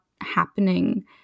happening